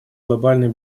глобальной